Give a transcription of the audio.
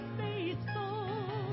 faithful